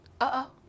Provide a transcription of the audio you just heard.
Uh-oh